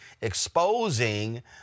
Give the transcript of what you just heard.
exposing